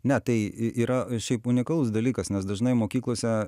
ne tai y yra šiaip unikalus dalykas nes dažnai mokyklose